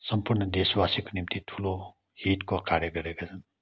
सम्पूर्ण देशवासीको निम्ति ठुलो हितको कार्य गरेका छन्